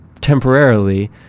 temporarily